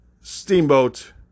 Steamboat